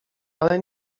ale